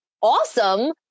awesome